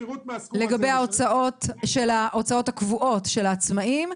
לגבי ההוצאות הקבועות של העצמאיים,